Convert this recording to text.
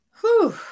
Whew